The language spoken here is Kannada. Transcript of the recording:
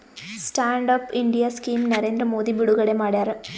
stand up India scheme Narendra Modi ಬಿಡುಗಡೆ ಮಾಡ್ಯಾರ